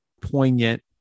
poignant